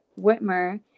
Whitmer